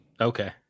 Okay